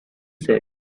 said